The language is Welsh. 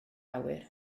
awyr